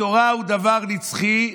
התורה היא דבר נצחי,